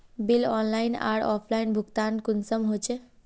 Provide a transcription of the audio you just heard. Bill online आर offline भुगतान कुंसम होचे?